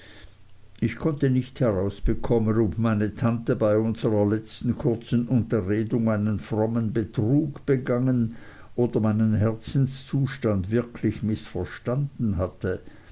ich konnte nicht herausbekommen ob meine tante bei unserer letzten kurzen unterredung einen frommen betrug begangen oder meinen herzenszustand wirklich mißverstanden hatte